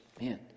man